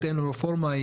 בהתאם לרפורמה,